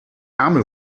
ärmel